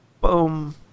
Boom